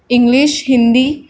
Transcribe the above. English Hindi